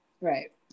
Right